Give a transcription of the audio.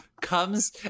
comes